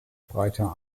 breiter